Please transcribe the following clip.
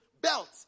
belt